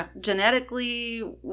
genetically